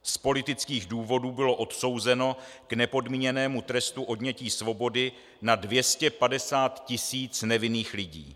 Z politických důvodů bylo odsouzeno k nepodmíněnému trestu odnětí svobody na 250 tisíc nevinných lidí.